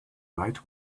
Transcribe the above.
light